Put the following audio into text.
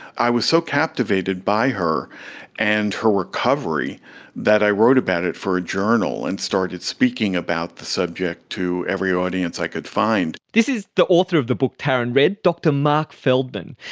i was so captivated by her and her recovery that i wrote about it for a journal and started speaking about the subject to every audience i could find. this is the author of the book taryn read, dr marc feldman.